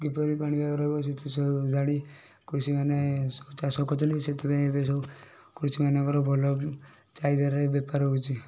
କିପରି ପାଣିପାଗ ରହିବ ଜାଣି କୃଷିମାନେ ସବୁ ଚାଷ କରୁଛନ୍ତି ସେଥିପାଇଁ ଏବେ ସବୁ କୃଷିମାନଙ୍କର ଭଲ ଚାହିଦା ରହି ବେପାର ହେଉଛି